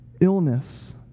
illness